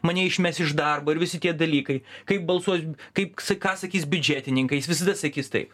mane išmes iš darbo ir visi tie dalykai kaip balsuos kaip ką sakys biudžetininkai jis visada sakys taip